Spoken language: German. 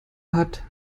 hat